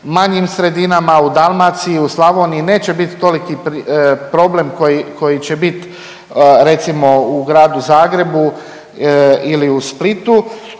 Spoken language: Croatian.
manjim sredinama u Dalmaciji, u Slavoniji neće biti toliki problem koji će bit recimo u Gradu Zagrebu ili u Splitu.